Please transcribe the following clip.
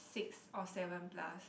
six or seven plus